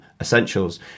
essentials